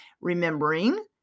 Remembering